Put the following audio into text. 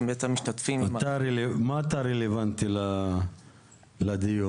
את המשתתפים --- במה אתה רלוונטי לדיון?